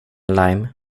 lime